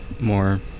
more